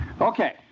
Okay